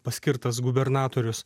paskirtas gubernatorius